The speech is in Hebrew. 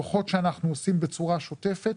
דוחות שאנחנו עושים בצורה שוטפת,